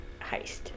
heist